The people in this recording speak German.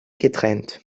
getrennt